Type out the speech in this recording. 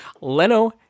Leno